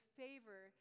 favor